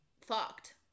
fucked